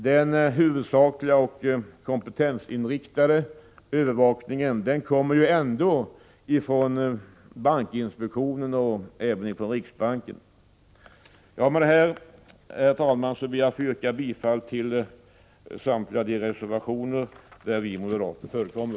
Den huvudsakliga och kompetensinriktade övervakningen kommer ju ändå från bankinspektionen och riksbanken. Med detta, herr talman, ber jag att få yrka bifall till samtliga reservationer där vi moderater förekommer.